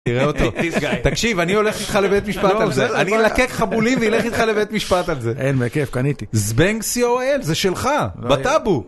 תקשיב אני הולך איתך לבית משפט על זה. אני אלקק לך בולים ואלך איתך לבית משפט על זה. אין בכיף קניתי, zbeng.co.il זה שלך בטאבו